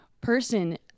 person